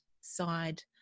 side